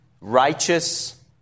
righteous